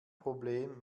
problem